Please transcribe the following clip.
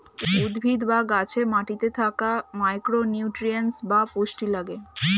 উদ্ভিদ বা গাছে মাটিতে থাকা মাইক্রো নিউট্রিয়েন্টস বা পুষ্টি লাগে